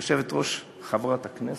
יושבת-ראש, חברת הכנסת,